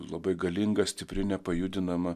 labai galinga stipri nepajudinama